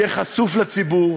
יהיה חשוף לציבור,